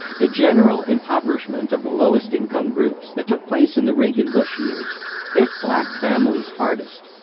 the general impoverishment of the lowest-income groups that took place in the reagan-bush years hit black families hardest,